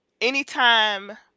anytime